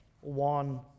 one